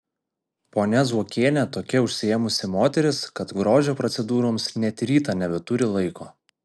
ponia zuokienė tokia užsiėmusi moteris kad grožio procedūroms net rytą nebeturi laiko